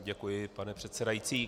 Děkuji, pane předsedající.